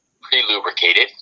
pre-lubricated